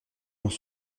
dans